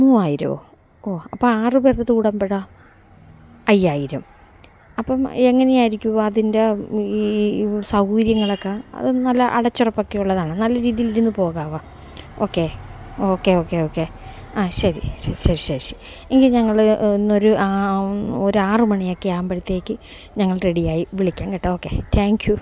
മൂവായിരവോ ഓ അപ്പോൾ ആറ് പേരുടേത് കൂടമ്പളോ അയ്യായിരം അപ്പം എങ്ങനെയായിരിക്കും അതിന്റെ ഈ സൗകര്യങ്ങളൊക്കെ അതും നല്ല അടച്ചുറപ്പക്കെയുള്ളതാണോ നല്ല രീതീലിരുന്ന് പോകാമോ ഓക്കെ ഓക്കെ ഓക്കെ ഓക്കെ ആ ശരി ശരി ശരി ശരി എങ്കിൽ ഞങ്ങൾ ഇന്നൊരു ആ ഓ ഒരാറ് മണിയൊക്കെ ആകുമ്പോഴ്ത്തേക്ക് ഞങ്ങൾ റെഡിയായി വിളിക്കാം കേട്ടോ ഓക്കെ ടാങ്ക് യൂ